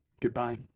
goodbye